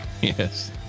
Yes